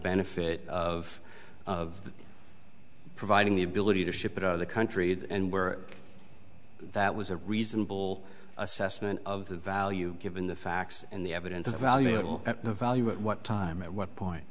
benefit of of providing the ability to ship it out of the country and were that was a reasonable assessment of the value given the facts and the evidence of the valuable value at what time and what